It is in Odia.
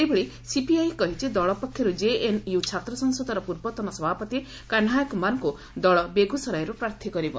ସେହିଭଳି ସିପିଆଇ କହିଛି ଦଳପକ୍ଷରୁ ଜେଏନ୍ୟୁ ଛାତ୍ରସଂସଦର ପୂର୍ବତନ ସଭାପତି କହ୍ରାୟାକ୍ରମାରଙ୍କ ଦଳ ବେଗ୍ରସରାଇର୍ଡ ପ୍ରାର୍ଥୀ କରିବ